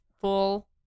full